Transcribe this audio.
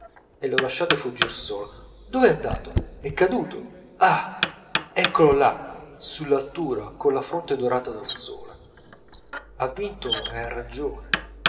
e lo lasciate fuggir solo dov'è andato è caduto ah eccolo là sull'altura colla fronte dorata dal sole ha vinto e ha ragione